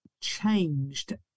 changed